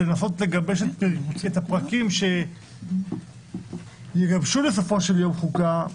שזה לנסות לגבש את הפרקים שיגבשו בסופו של יום חוקה,